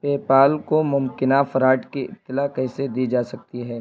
PayPal کو ممکنہ fraud کی اطلاع کیسے دی جا سکتی ہے